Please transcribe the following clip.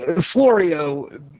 Florio